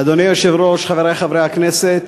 אדוני היושב-ראש, חברי חברי הכנסת,